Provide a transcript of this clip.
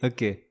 Okay